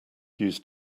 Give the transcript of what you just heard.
used